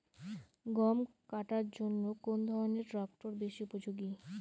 গম কাটার জন্য কোন ধরণের ট্রাক্টর বেশি উপযোগী?